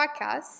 Podcast